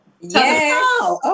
Yes